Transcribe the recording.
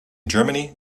germany